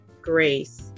grace